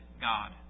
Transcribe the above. God